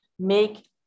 make